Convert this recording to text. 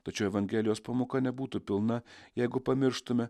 tačiau evangelijos pamoka nebūtų pilna jeigu pamirštume